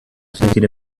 sentire